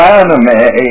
anime